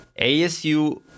ASU